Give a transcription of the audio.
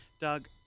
Doug